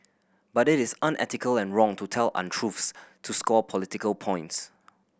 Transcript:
but it is unethical and wrong to tell untruth to score political points